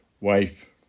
wife